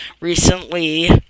recently